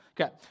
Okay